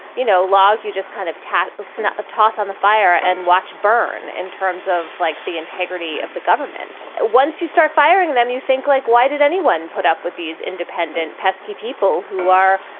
you know, log you just kind of tat. it's so not a toss on the fire and watch burn in terms of like the integrity of the government. once you start firing them, you think like, why did anyone put up with these independent, pesky people who are,